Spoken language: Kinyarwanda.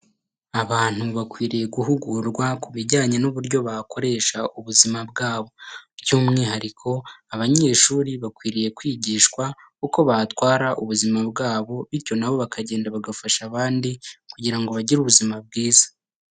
Abantu bakwiriye guhugurwa ku bijyanye n'uburyo bakoresha ubuzima bwabo, by'umwihariko abanyeshuri bakwiriye kwigishwa uko batwara ubuzima bwabo, bityo na bo bakagenda bagafasha abandi kugira ngo bagire ubuzima bwiza.